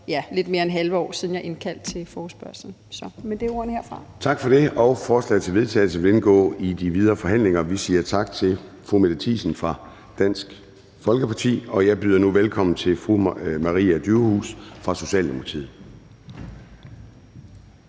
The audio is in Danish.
til vedtagelse nr. V 22). Kl. 10:25 Formanden (Søren Gade): Tak for det, og forslaget til vedtagelse vil indgå i de videre forhandlinger. Vi siger tak til fru Mette Thiesen fra Dansk Folkeparti. Jeg byder nu velkommen til fru Maria Durhuus fra Socialdemokratiet.